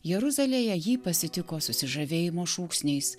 jeruzalėje jį pasitiko susižavėjimo šūksniais